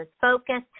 focus